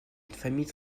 famille